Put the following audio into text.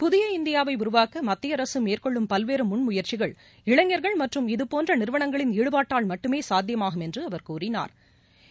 புதிய இந்தியாவை உருவாக்க மத்திய அரசு மேற்கொள்ளும் பல்வேறு முன் முயற்சிகள் இளைஞர்கள் மற்றும் இதுபோன்ற நிறுவனங்களின் ஈடுபாட்டால் மட்டுமே சாத்தியமாகும் என்ற அவர் கூறினா்